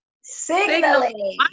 Signaling